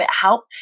help